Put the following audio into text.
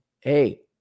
Hey